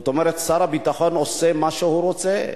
זאת אומרת, שר הביטחון עושה מה שהוא רוצה.